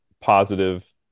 positive